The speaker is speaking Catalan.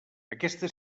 aquesta